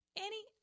Annie